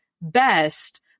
best